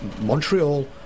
montreal